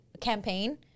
campaign